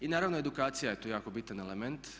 I naravno edukacija je tu jako bitan element.